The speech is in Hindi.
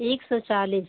एक सौ चालीस